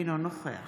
אינו נוכח